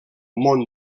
món